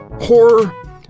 horror